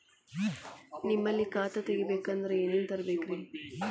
ನಿಮ್ಮಲ್ಲಿ ಖಾತಾ ತೆಗಿಬೇಕಂದ್ರ ಏನೇನ ತರಬೇಕ್ರಿ?